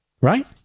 right